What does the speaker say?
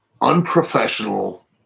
unprofessional